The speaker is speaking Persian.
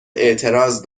اعتراض